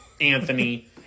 Anthony